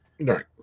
Right